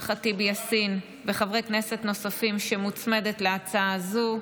ח'טיב יאסין וחברי כנסת נוספים שמוצמדת להצעה זו.